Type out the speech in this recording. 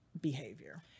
behavior